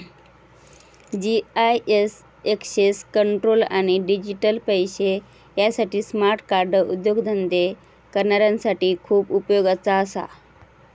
GIS access control आणि digital पैशे यासाठी स्मार्ट कार्ड उद्योगधंदे करणाऱ्यांसाठी खूप उपयोगाचा असा